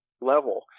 level